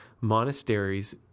monasteries